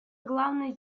главной